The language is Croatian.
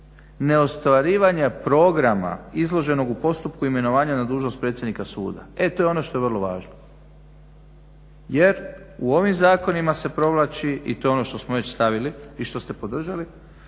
neostvarivanje programa izloženoga u postupku imenovanja na dužnost predsjednika suda. E to je ono što je vrlo važno, jer u ovim zakonima se provlači i to je ono što smo već stavili i što ste podržali,